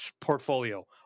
portfolio